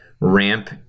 ramp